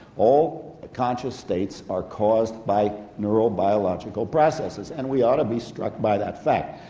all conscious states are caused by neurobiological processes and we ought to be struck by that fact,